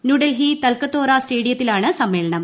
ന്യൂഡൽഹി തൽക്കത്തോറ സ്റ്റേഡിയത്തിലാണ് സമ്മേളനം